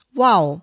wow